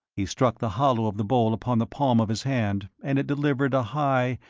he struck the hollow of the bowl upon the palm of his hand, and it delivered a high,